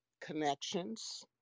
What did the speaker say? connections